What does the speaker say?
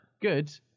Good